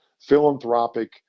philanthropic